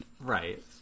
Right